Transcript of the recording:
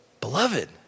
Beloved